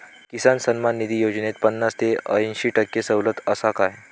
किसान सन्मान निधी योजनेत पन्नास ते अंयशी टक्के सवलत आसा काय?